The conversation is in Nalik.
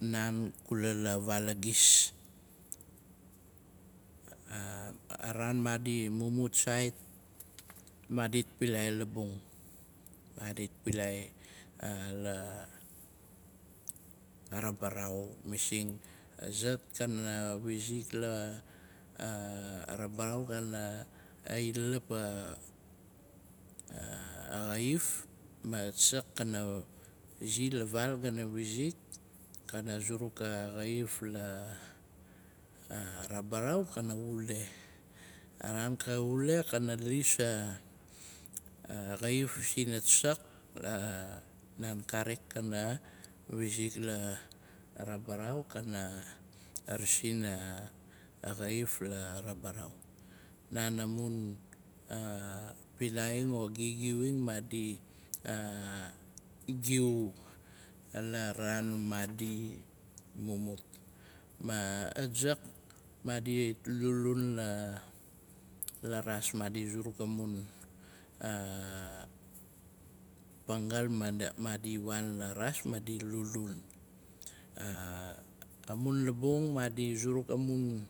Naan kula la vaal agis. A raan maadi mumut sait, madit pilai labung. Madit pilaila rabarau, masing, azakkana wiik la rabarau, xana ilap a xaif, ma zak kana izi la vaal kana wizik, kana zuruk a xaif la a rabaraau, kana ule. A raan ka ule, kana lis a xaif sina sak, karik kana wizik la rabaraau, kana rasin a xaif la rabaraau. Naan amun pilaing ogigiuing maadi giu la raan maadi mumut. Ma azak, maadi lulun la raas. Maadi zuruk amun pangal, maadi waan la raas maadi lulun. Amun labung, maadi zuruk amun